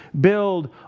build